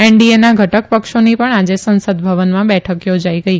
એનડીએના ઘટક પક્ષોની પણ આજે સંસદ ભવનમાં બેઠક યોજાઇ ગઇ